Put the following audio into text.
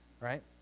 right